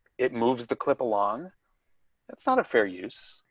it moves the clip along that's not a fair use.